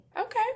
Okay